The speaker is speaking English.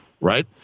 right